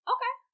Okay